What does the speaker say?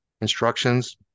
instructions